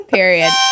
Period